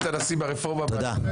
חבר'ה, חברי הכנסת, תודה.